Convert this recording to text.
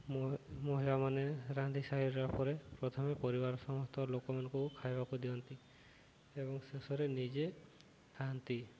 ମ ମହିଳାମାନେ ରାନ୍ଧି ସାରିଲା ପରେ ପ୍ରଥମେ ପରିବାର ସମସ୍ତ ଲୋକମାନଙ୍କୁ ଖାଇବାକୁ ଦିଅନ୍ତି ଏବଂ ଶେଷରେ ନିଜେ ଖାଆନ୍ତି